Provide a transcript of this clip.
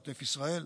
עוטף ישראל,